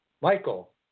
Michael